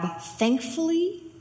thankfully